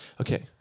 Okay